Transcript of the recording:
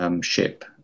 ship